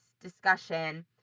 discussion